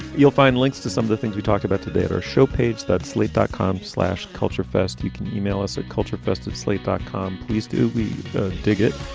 you'll find links to some of the things we talked about today at our show page, that slate dot com slash culture fest. you can e-mail us at culture festive slate dot com. please do. we dig it.